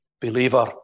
believer